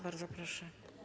Bardzo proszę.